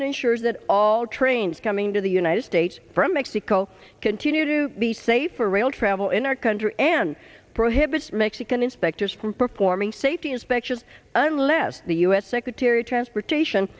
t ensures that all trains coming to the united states from mexico continue to be safer rail travel in our country and prohibits mexican inspectors from performing safety inspections unless the u s secretary of transportation